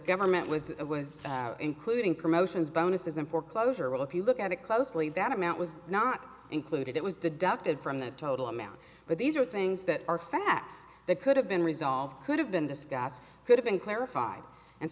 government was it was including promotions bonuses and foreclosure well if you look at it closely that amount was not included it was deducted from the total amount but these are things that are facts that could have been resolved could have been discussed could have been clarified and